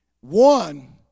One